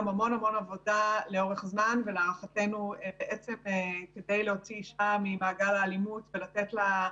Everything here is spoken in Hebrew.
המון עבודה לאורך זמן ולהערכתנו כדי להוציא אישה ממעגל האלימות ולתת לה את